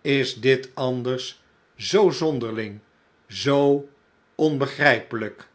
is dit anders zoo zonderling zoo onhegrijpelijk